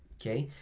okay?